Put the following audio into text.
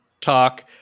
talk